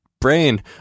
brain